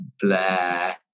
Blair